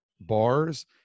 bars